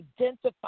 identify